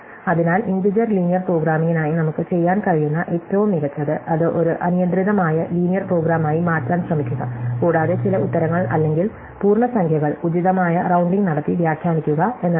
അതിനാൽ integer linear പ്രോഗ്രാമിംഗിനായി നമുക്ക് ചെയ്യാൻ കഴിയുന്ന ഏറ്റവും മികച്ചത് അത് ഒരു അനിയന്ത്രിതമായ ലീനിയർ പ്രോഗ്രാമായി മാറ്റാൻ ശ്രമിക്കുക കൂടാതെ ചില ഉത്തരങ്ങൾ അല്ലെങ്കിൽ പൂർണ്ണസംഖ്യകൾ ഉചിതമായ രൌണ്ടിംഗ് നടത്തി വ്യാഖ്യാനിക്കുക എന്നതാണ്